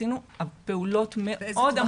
עשינו פעולות מאוד עמוקות.